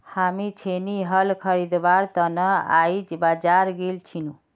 हामी छेनी हल खरीदवार त न आइज बाजार गेल छिनु